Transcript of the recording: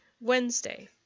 Wednesday